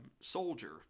soldier